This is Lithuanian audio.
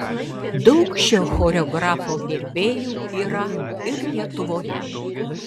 daug šio choreografo gerbėjų yra ir lietuvoje